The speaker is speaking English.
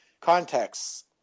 contexts